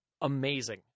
amazing